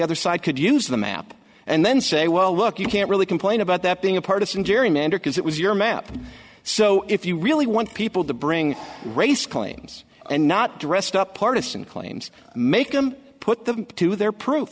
other side could use the map and then say well look you can't really complain about that being a partisan gerrymander because it was your map so if you really want people to bring race claims and not dressed up partisan claims make them put them to their proof